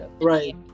Right